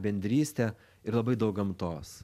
bendrystę ir labai daug gamtos